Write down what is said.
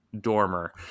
Dormer